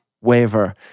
waver